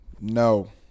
No